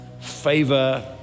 favor